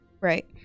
Right